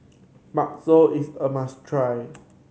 bakso is a must try